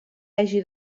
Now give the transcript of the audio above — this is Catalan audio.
hagi